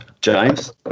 James